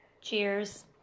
Cheers